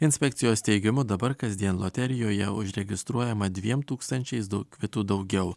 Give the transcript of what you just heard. inspekcijos teigimu dabar kasdien loterijoje užregistruojama dviem tūkstančiais dau kvitų daugiau